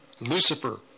Lucifer